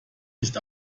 nicht